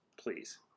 Please